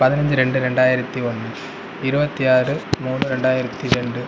பதனஞ்சு ரெண்டு ரெண்டாயிரத்தி ஒன்று இருபத்தி ஆறு மூணு ரெண்டாயிரத்தி ரெண்டு